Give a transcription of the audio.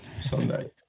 Sunday